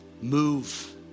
move